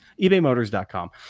ebaymotors.com